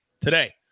today